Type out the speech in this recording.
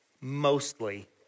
mostly